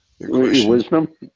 wisdom